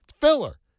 filler